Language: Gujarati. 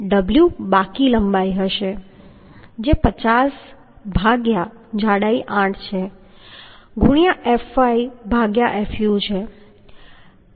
w બાકી લંબાઈ હશે કે જે 50 ભાગ્યા જાડાઈ 8 છે ગુણ્યાં fy ભાગ્યા fu છે